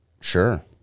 sure